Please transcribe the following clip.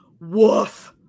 woof